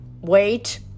wait